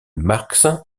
marx